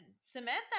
Samantha